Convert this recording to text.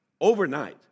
overnight